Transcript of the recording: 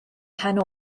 mhen